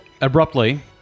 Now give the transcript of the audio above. Abruptly